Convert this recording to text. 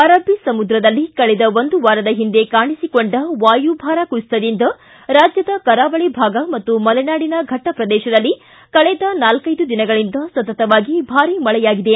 ಅರಬ್ಬಿ ಸಮುದ್ರದಲ್ಲಿ ಕಳೆದ ಒಂದು ವಾರದ ಹಿಂದೆ ಕಾಣಿಸಿಕೊಂಡ ವಾಯುಭಾರ ಕುಸಿತದಿಂದ ರಾಜ್ಯದ ಕರಾವಳಿ ಭಾಗ ಮತ್ತು ಮಲೆನಾಡಿನ ಘಟ್ಟ ಪ್ರದೇತದಲ್ಲಿ ಕಳೆದ ನಾಲೈದು ದಿನಗಳಿಂದ ಸತತವಾಗಿ ಭಾರೀ ಮಳೆಯಾಗಿದೆ